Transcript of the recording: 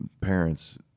parents